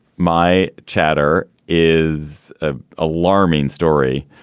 my chatter is ah alarming story.